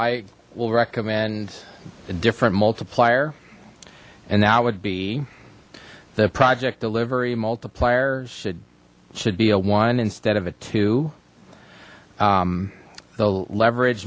i will recommend a different multiplier and that would be the project delivery multipliers should should be a one instead of a two the leverage